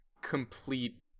complete